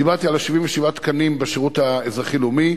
דיברתי על 77 התקנים בשירות האזרחי הלאומי.